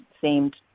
seemed